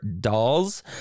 dolls